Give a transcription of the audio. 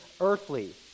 earthly